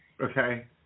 Okay